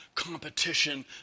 competition